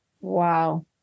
wow